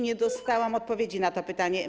Nie dostałam odpowiedzi na to pytanie.